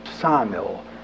Samuel